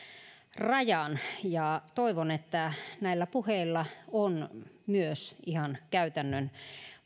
rajan ja toivon että näillä puheilla on myös ihan käytännön